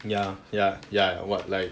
ya ya ya [what] like